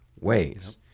ways